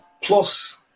plus